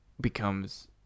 becomes